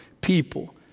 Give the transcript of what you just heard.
people